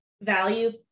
value